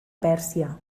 pèrsia